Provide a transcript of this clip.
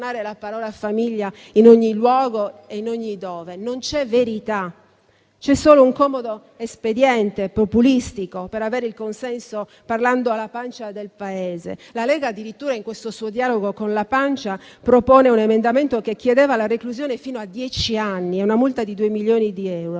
Non c'è verità, c'è solo un comodo espediente populistico per avere il consenso parlando alla pancia del Paese. La Lega addirittura in questo suo dialogo con la pancia ha proposto un emendamento che prevede la reclusione fino a dieci anni e una multa di 2 milioni di euro.